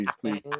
please